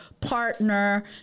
partner